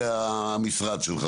לאנשי המשרד שלך,